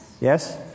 Yes